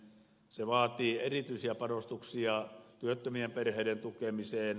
se vaatii erityisiä panostuksia työttömien perheiden tukemiseen